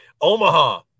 Omaha